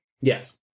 Yes